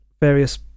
various